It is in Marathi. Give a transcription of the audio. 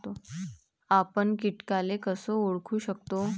आपन कीटकाले कस ओळखू शकतो?